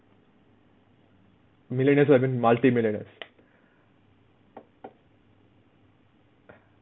millionaires would have been multi millionaires